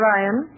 Ryan